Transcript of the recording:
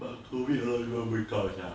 but COVID a lot of people wake up ya